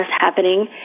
happening